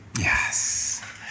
Yes